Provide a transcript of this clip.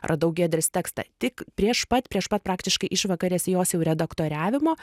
radau giedrės tekstą tik prieš pat prieš pat praktiškai išvakarėse jos jau redaktoriavimo